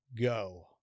go